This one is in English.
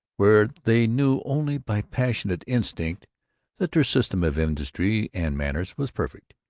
where they knew only by passionate instinct that their system of industry and manners was perfect,